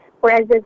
whereas